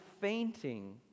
fainting